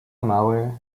małe